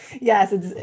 yes